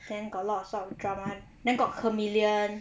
then got lots of drama then got chameleon